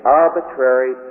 arbitrary